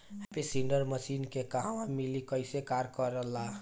Happy seeder machine के कहवा मिली कैसे कार कर ला?